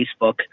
Facebook